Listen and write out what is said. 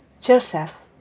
Joseph